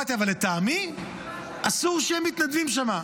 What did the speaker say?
אבל אמרתי שלטעמי, אסור שיהיו מתנדבים שמה.